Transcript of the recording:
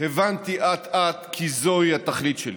הבנתי אט-אט כי זוהי התכלית שלי,